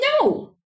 No